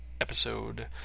episode